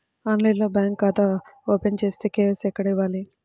ఆన్లైన్లో బ్యాంకు ఖాతా ఓపెన్ చేస్తే, కే.వై.సి ఎక్కడ ఇవ్వాలి?